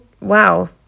Wow